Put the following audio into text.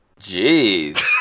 Jeez